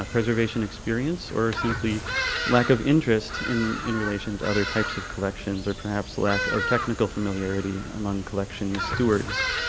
ah preservation experience, or simply lack of interest in in relation to other types of collections, or perhaps lacks of technical familiarity among collection stewards.